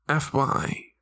FY